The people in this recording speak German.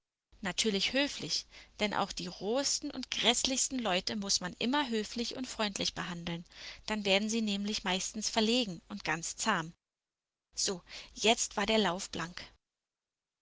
natürlich höflich denn auch die rohesten und gräßlichsten leute muß man immer höflich und freundlich behandeln dann werden sie nämlich meistens verlegen und ganz zahm so jetzt war der lauf blank